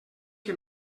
que